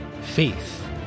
faith